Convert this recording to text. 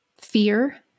fear